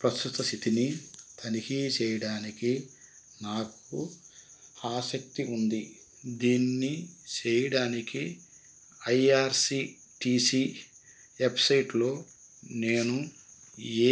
ప్రస్తుత స్థితిని తనిఖీ చేయడానికి నాకు ఆసక్తి ఉంది దీన్ని చేయడానికి I R C T C వెబ్సైట్లో నేను